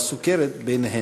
והסוכרת ביניהן.